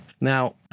now